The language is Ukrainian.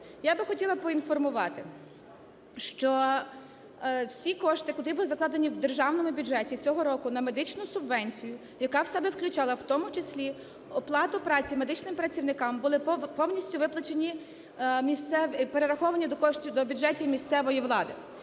Я би хотіла поінформувати, що всі кошти, котрі були закладені в Державному бюджеті цього року на медичну субвенцію, яка в себе включала в тому числі оплату праці медичним працівникам, були повністю виплачені, перераховані до коштів, до бюджетів місцевої влади.